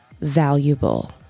valuable